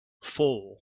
four